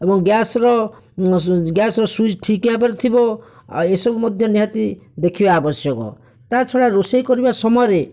ଏବଂ ଗ୍ୟାସ୍ର ଗ୍ୟାସ୍ର ସୁଇଚ୍ ଠିକ୍ ଭାବରେ ଥିବ ଆଉ ଏସବୁ ମଧ୍ୟ ନିହାତି ଦେଖିବା ଆବଶ୍ୟକ ତା ଛଡ଼ା ରୋଷେଇ କରିବା ସମୟରେ